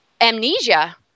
amnesia